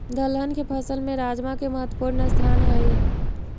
दलहन के फसल में राजमा के महत्वपूर्ण स्थान हइ